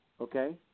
Okay